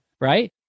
right